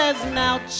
Now